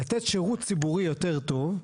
לתת ציבורי יותר טוב,